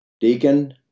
Deacon